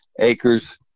acres